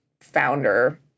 founder